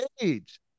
age